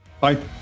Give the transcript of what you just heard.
Bye